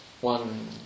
one